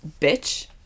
bitch